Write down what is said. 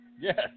Yes